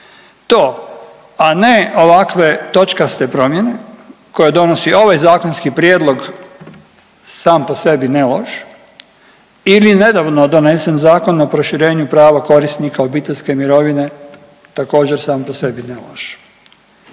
To a ne ovakve točkaste promjene koje donosi ovaj zakonski prijedlog sam po sebi ne loš ili nedavno donesen Zakon o proširenju prava korisnika obiteljske mirovine također sam po sebi ne loš.